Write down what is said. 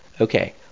Okay